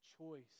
choice